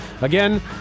Again